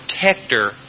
protector